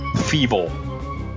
feeble